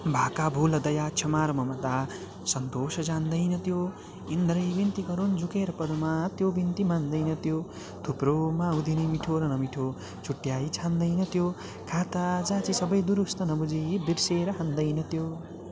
भाका भुल दया क्षमा र ममता सन्तोष जान्दैन त्यो इन्द्रै विन्ति गरुन् झुकेर पदमा त्यो बिन्ती मान्दैन त्यो थुप्रोमा उदिनी मिठो र नमिठो छुट्याइ छान्दैन त्यो खाता जाँची सबै दुरुस्त नबुझी बिर्सेर हान्दैन त्यो